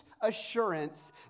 assurance